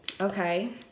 Okay